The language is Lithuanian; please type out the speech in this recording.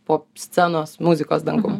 popscenos muzikos dangum